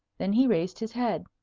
then he raised his head.